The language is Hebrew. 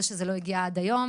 זה שזה לא הגיע עד היום